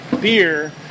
beer